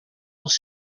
els